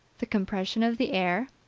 the compression of the air,